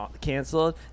canceled